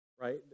Right